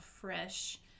fresh